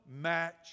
match